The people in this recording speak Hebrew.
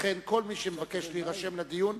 לכן, על כל מי שמבקש להירשם לדיון,